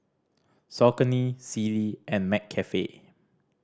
Saucony Sealy and McCafe